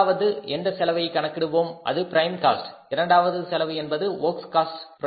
முதலாவது எந்த செலவை கணக்கிடுவோம் அது பிரைம் காஸ்ட் இரண்டாவது செலவு என்பது வொர்க்ஸ் காஸ்ட்